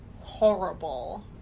horrible